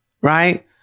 right